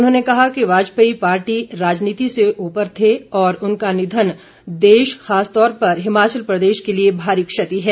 उन्होंने कहा कि वाजपेयी पार्टी राजनीति से ऊपर थे और उनका निधन देश खासकर हिमाचल प्रदेश के लिए भारी क्षति है